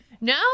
No